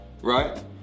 right